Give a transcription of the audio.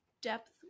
depth